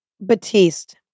Batiste